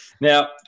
Now